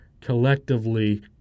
collectively